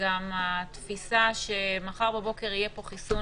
וגם התפיסה שמחר בבוקר יהיה פה חיסון